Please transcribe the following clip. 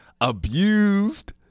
abused